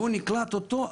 בוא נקלוט אותו.